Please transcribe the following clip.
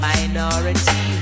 Minority